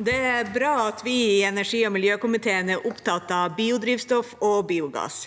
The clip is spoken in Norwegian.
Det er bra at vi i ener- gi- og miljøkomiteen er opptatt av biodrivstoff og biogass.